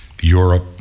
Europe